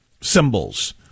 symbols